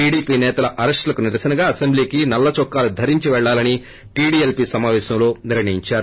TDP నేతల అరెస్టులకు నిరసనగా అసెంబ్లీకి నల్లచొక్కాలు ధరించి పెళ్లాలని టీడీఎల్పీ సమాపేశంలో పెల్లడించారు